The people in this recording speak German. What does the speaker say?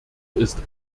ist